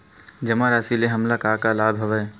जमा राशि ले हमला का का लाभ हवय?